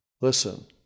Listen